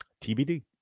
TBD